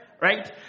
right